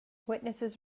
witnesses